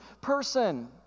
person